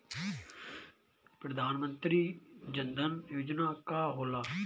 प्रधानमंत्री जन धन योजना का होला?